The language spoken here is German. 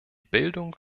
bildung